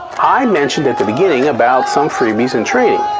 i mentioned at the beginning about some freebies in training.